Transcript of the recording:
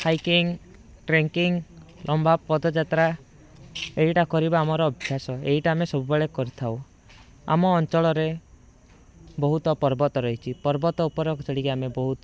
hiking trekking ଲମ୍ବା ପଦଯାତ୍ରା ଏଇଟା କରିବା ଆମର ଅଭ୍ୟାସ ଏଇଟା ଆମେ ସବୁବେଳେ କରିଥାଉ ଆମ ଅଞ୍ଚଳରେ ବହୁତ ପର୍ବତ ରହିଛି ପର୍ବତ ଉପରେ ଚଢ଼ିକି ଆମେ ବହୁତ